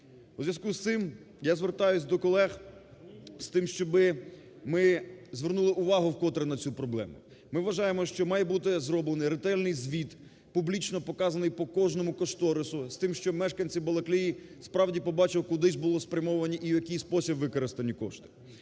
У зв'язку з цим я звертаюсь до колег, з тим, щоб ми звернули увагу, вкотре на цю проблему. Ми вважаємо, що має бути зроблений ретельний звіт, публічно показаний по кожному кошторису з тим, щоб мешканці Балаклеї справді побачили, куди ж були спрямовані і в який спосіб були використані кошти.